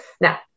Now